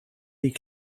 die